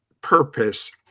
purpose